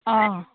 অঁ